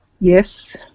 Yes